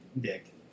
dick